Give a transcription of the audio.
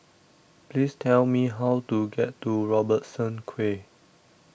please tell me how to get to Robertson Quay